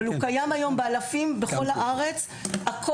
אבל הוא קיים היום באלפים בכל הארץ והולך ומתרחב.